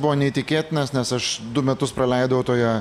buvo neįtikėtinas nes aš du metus praleidau toje